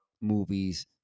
movie's